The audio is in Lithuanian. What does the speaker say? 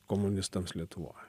komunistams lietuvoj